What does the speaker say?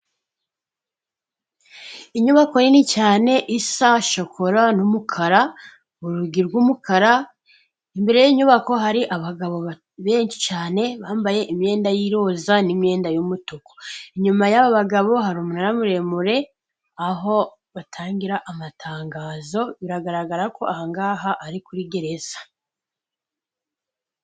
Inyubako nini cyane isa shokora n'umukara, urugi rw'umukara; imbere y'inyubako hari abagabo benshi cyane bambaye imyenda y'iroza n'imyenda y'umutuku, inyuma y'aba bagabo hari umunara muremure aho batangira amatangazo; biragaragara ko aha ngaha ari kuri gereza.